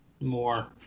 more